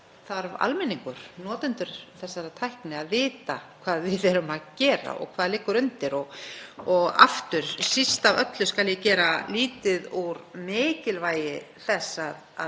þarf almenningur, notendur þessarar tækni, að vita hvað við þurfum að gera og hvað liggur undir. Og aftur: Síst af öllu skal ég gera lítið úr mikilvægi öryggis